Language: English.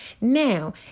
Now